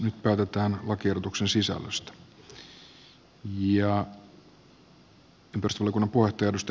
nyt päätetään lakiehdotuksen sisällöstä